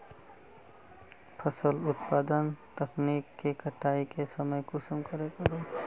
फसल उत्पादन तकनीक के कटाई के समय कुंसम करे करूम?